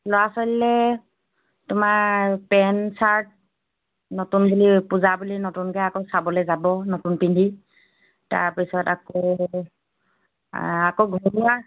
ল'ৰা ছোৱালীলৈ তোমাৰ পেন চাৰ্ট নতুন বুলি পূজা বুলি নতুনকৈ আকৌ চাবলৈ যাব নতুন পিন্ধি তাৰপিছত আকৌ আকৌ ঘৰুৱা